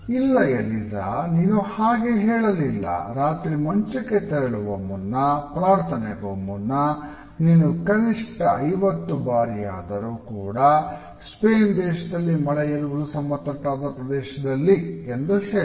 ಇಲ್ಲ ಎಲಿಝ ಬಾರಿಯಾದರೂ ಕೂಡ ಸ್ಪೇನ್ ದೇಶದಲ್ಲಿ ಮಳೆ ಇರುವುದು ಸಮತಟ್ಟಾದ ಪ್ರದೇಶದಲ್ಲಿ ಎಂದು ಹೇಳು